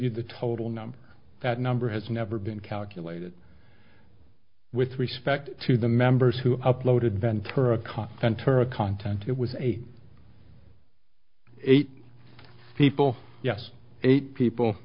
you the total number that number has never been calculated with respect to the members who uploaded ventura caught ventura content it was eighty eight people yes eight people